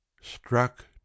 struck